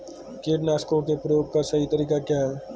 कीटनाशकों के प्रयोग का सही तरीका क्या है?